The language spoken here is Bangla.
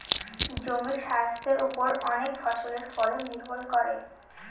জমির স্বাস্থের ওপর অনেক ফসলের ফলন নির্ভর করে